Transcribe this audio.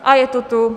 A je to tu!